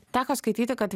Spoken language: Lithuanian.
teko skaityti kad